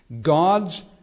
God's